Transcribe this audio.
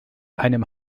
einem